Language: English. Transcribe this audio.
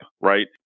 right